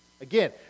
Again